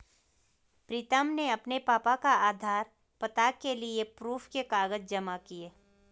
प्रीतम ने अपने पापा का आधार, पता के लिए प्रूफ के कागज जमा किए